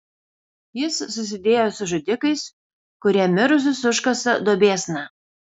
jis susidėjo su žudikais kurie mirusius užkasa duobėsna